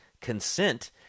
consent